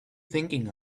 thinking